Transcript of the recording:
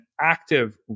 active